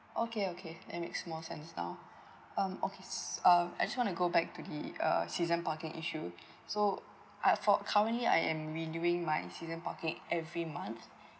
okay okay that makes more sense now um okay uh I just want to back to the uh season parking issue so I for currently I am renewing my season parking every month